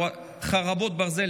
חרבות ברזל),